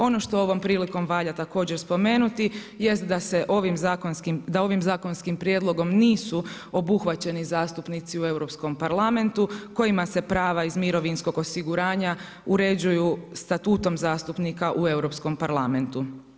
Ono što ovom prilikom valja također spomenuti jest da ovim zakonskim prijedlogom nisu obuhvaćeni zastupnici u Europskom parlamentu kojima se prava iz mirovinskog osiguranja uređuju statutom zastupnika u Europskom parlamentu.